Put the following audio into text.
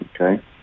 Okay